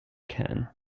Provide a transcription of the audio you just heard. can